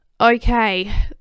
okay